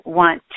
want